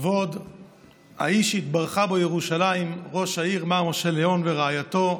כבוד האיש שהתברכה בו ירושלים ראש העיר מר משה ליאון ורעייתו,